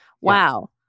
Wow